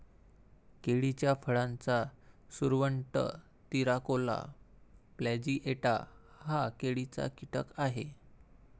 केळीच्या फळाचा सुरवंट, तिराकोला प्लॅजिएटा हा केळीचा कीटक आहे